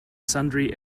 sundry